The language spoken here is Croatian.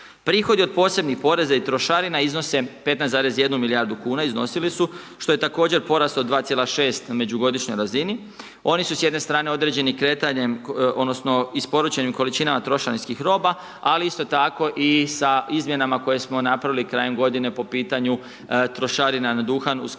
Prihodi od posebnih poreza i trošarina iznose 15,1 milijardu kuna, iznosili su, što je također porast od 2,6 na međugodišnjoj razini. Oni su s jedne strane određeni kretanjem odnosno isporučenim količinama trošanskih roba, ali isto tako i sa izmjenama koje smo napravili krajem godine po pitanju trošarina na duhan, usklađivanje